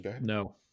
No